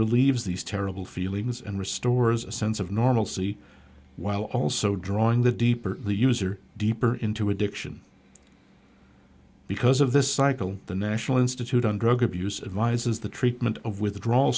relieves these terrible feelings and restores a sense of normalcy while also drawing the deeper the user deeper into addiction because of this cycle the national institute on drug abuse advises the treatment of withdrawal